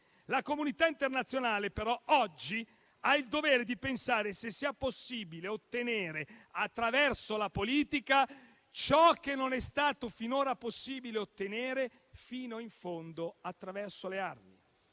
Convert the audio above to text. «La comunità internazionale però oggi ha il dovere di pensare se sia possibile ottenere attraverso la politica ciò che non è stato finora possibile ottenere fino in fondo attraverso le armi.